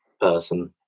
person